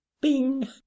Bing